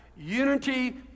Unity